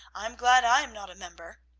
i'm glad i am not a member!